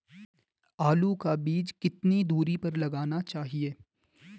आलू का बीज कितनी दूरी पर लगाना चाहिए?